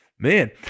Man